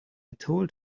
told